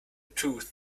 tooth